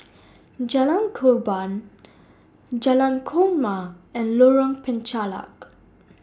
Jalan Korban Jalan Korma and Lorong Penchalak